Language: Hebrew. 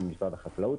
ממשרד החקלאות.